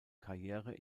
karriere